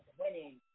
winning